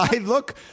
look